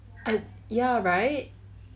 ya right